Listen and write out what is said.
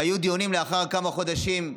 והיו דיונים לאחר כמה חודשים,